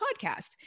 podcast